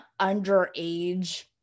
underage